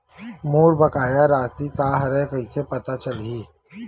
मोर बकाया राशि का हरय कइसे पता चलहि?